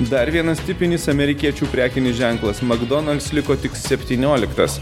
dar vienas tipinis amerikiečių prekinis ženklas magdonalds liko tik septynioliktas